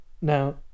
Now